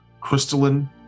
crystalline